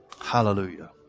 Hallelujah